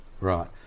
Right